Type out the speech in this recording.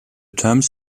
terms